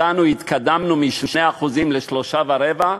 הגענו, התקדמנו מ-2% ל-3.25%,